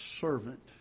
servant